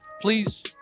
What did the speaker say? please